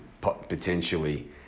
potentially